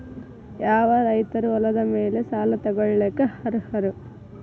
ಯಾವ ರೈತರು ಹೊಲದ ಮೇಲೆ ಸಾಲ ತಗೊಳ್ಳೋಕೆ ಅರ್ಹರು?